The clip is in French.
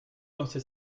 lancer